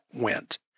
went